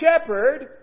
shepherd